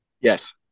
Yes